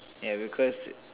ya because